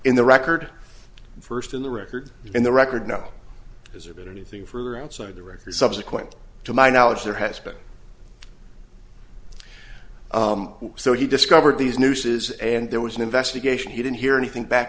in the record first in the record in the record no is it anything further outside the record subsequent to my knowledge there has been so he discovered these nooses and there was an investigation he didn't hear anything back